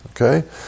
Okay